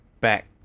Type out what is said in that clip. back